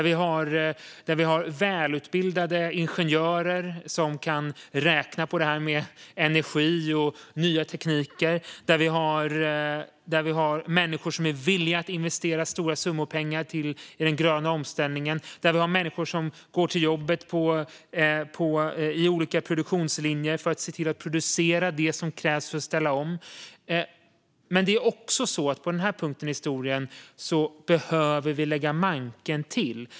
Vi har välutbildade ingenjörer som kan räkna på det här med energi och nya tekniker. Vi har människor som är villiga att investera stora summor i den gröna omställningen. Vi har människor som går till jobbet i olika produktionslinjer för att producera det som krävs för att ställa om. Men vid den här punkten i historien behöver vi lägga manken till.